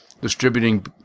distributing